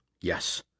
Yes